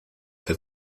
fer